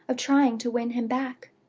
of trying to win him back.